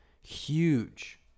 huge